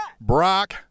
Brock